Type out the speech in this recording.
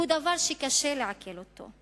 היא דבר שקשה לעכל אותו,